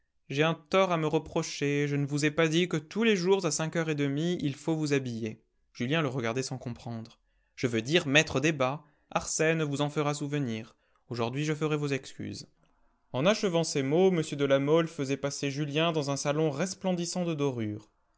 j'ai un tort à me reprocher je ne vous ai pas dit que tous les jours à cinq heures et demie il faut vous habiller julien le regardait sans comprendre je veux dire mettre des bas arsène vous en fera souvenir aujourd'hui je ferai vos excuses en achevant ces mots m de la mole faisait passer julien dans un salon resplendissant de dorures